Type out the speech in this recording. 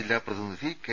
ജില്ലാ പ്രതിനിധി കെ